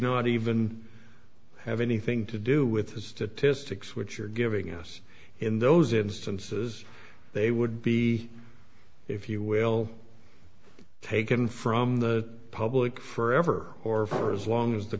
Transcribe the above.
not even have anything to do with the statistics which are giving us in those instances they would be if you will taken from the public for ever or for as long as the